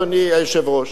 אדוני היושב-ראש.